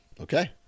Okay